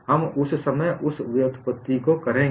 हम उस समय उस व्युत्पत्ति को करेंगे